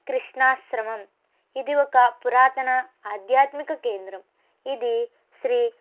కృష్ణాశ్రమం ఇది ఒక పురాతన ఆధ్యాత్మిక కేంద్రం ఇది శ్రీ